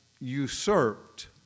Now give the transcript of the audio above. usurped